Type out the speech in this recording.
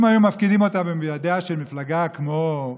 אם היו מפקידים אותה בידיה של מפלגה כמו,